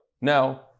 Now